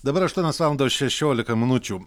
dabar aštuonios valandos šešiolika minučių